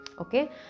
Okay